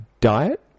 diet